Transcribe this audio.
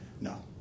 No